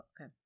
okay